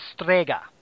strega